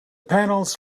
panels